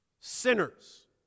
Sinners